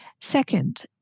Second